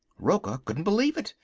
rocca couldn't believe it,